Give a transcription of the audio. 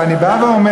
ואני בא ואומר,